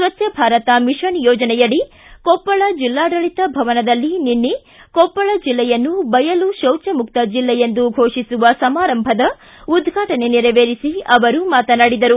ಸ್ವಜ್ಞ Bharat mission ಯೋಜನೆಯಡಿ ಕೊಪ್ಪಳ ಜಿಲ್ಲಾಡಳಿತ ಭವನದಲ್ಲಿ ನಿನ್ನೆ ಕೊಪ್ಪಳ ಜಿಲ್ಲೆಯನ್ನು ಬಯಲು ಶೌಚ ಮುಕ್ತ ಜಿಲ್ಲೆ ಎಂದು ಘೋಷಿಸುವ ಸಮಾರಂಭದ ಉದ್ಘಾಟನೆ ನೆರವೇರಿಸಿ ಅವರು ಮಾತನಾಡಿದರು